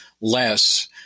less